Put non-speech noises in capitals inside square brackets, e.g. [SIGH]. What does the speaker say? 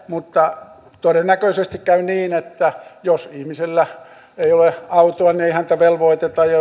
mutta todennäköisesti käy niin että jos ihmisellä ei ole autoa niin ei häntä velvoiteta ja ja [UNINTELLIGIBLE]